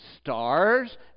stars